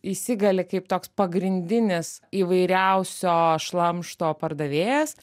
įsigali kaip toks pagrindinis įvairiausio šlamšto pardavėjas